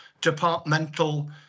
departmental